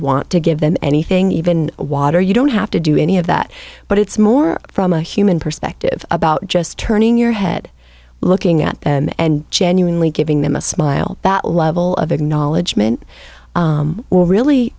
want to give them anything even water you don't have to do any of that but it's more from a human perspective about just turning your head looking at them and genuinely giving them a smile that level of acknowledgement or really really